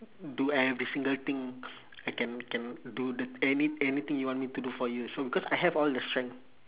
do every single thing I can can do the any~ anything you want me to do for you so because I have all the strength